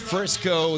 Frisco